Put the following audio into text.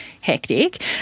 hectic